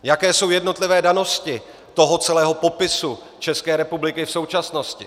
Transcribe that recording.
Jaké jsou jednotlivé danosti toho celého popisu České republiky v současnosti.